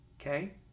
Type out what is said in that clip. okay